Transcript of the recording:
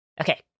Okay